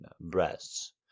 breasts